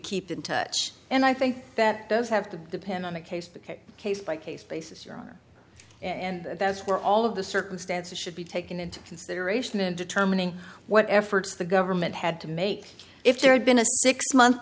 keep in touch and i think that does have to depend on the case became a case by case basis your honor and that's where all of the circumstances should be taken into consideration in determining what efforts the government had to make if there had been a six month